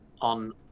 on